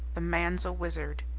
the man's a wizard!